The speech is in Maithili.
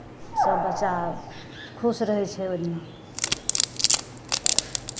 सभ बच्चा खुश रहै छै ओहिदिना